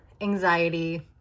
anxiety